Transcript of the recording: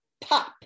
pop